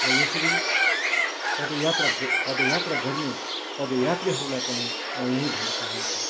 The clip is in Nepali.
र यसरी पदयात्रा पदयात्रा गर्ने पदयात्रीहरूलाई पनि म यही भन्न चाहन्छु